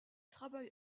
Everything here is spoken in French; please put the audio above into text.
travaille